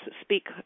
speak